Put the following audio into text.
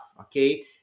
okay